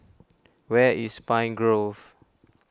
where is Pine Grove